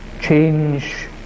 change